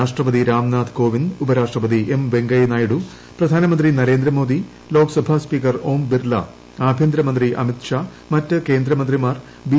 രാഷ്ട്രപതി രാംനാഥ് കോവിന്ദ് ഉപരാഷ്ട്രപതി ്എൽ വെങ്കയ്യനായിഡു പ്രധാനമന്ത്രി നരേന്ദ്രമോദി ലോക്സഭാ സ്പീക്കർ ഓം ബിർല ആഭ്യന്തരമന്ത്രി അമിത്ഷാ മറ്റ് കേന്ദ്ര മന്ത്രിമാർ ബി